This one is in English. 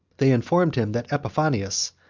they informed him, that epiphanius,